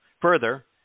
Further